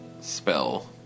spell